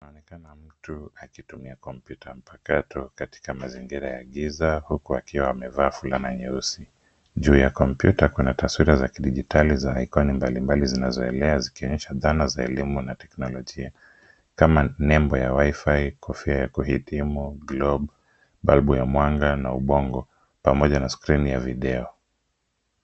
Anaonekana mtu akitumia kompyuta mpakato katika mazingira ya giza huku akiwa amevaa fulana nyeusi. Juu ya kompyuta kuna taswira za kidijitali za icon mbalimbali zinazoelea zikionyesha dhana za elimu na teknolojia, kama nembo ya WiFi , kofia ya kuhitimu, globu, balbu ya mwanga na ubongo pamoja na skrini ya video.